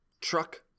truck